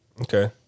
Okay